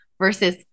versus